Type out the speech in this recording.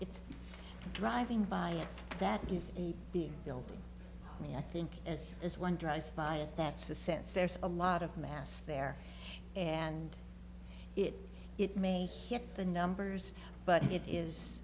construction driving by that is a big building me i think as as one drives by it that's the sense there's a lot of mass there and it it may hit the numbers but it is